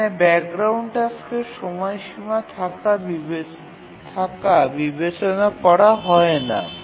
এখানে ব্যাকগ্রাউন্ড টাস্কের সময়সীমা থাকা বিবেচনা করা হয় না